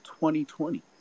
2020